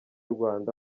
rwanda